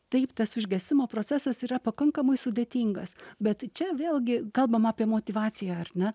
taip tas užgesimo procesas yra pakankamai sudėtingas bet čia vėlgi kalbam apie motyvaciją ar ne